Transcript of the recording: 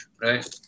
right